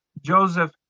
Joseph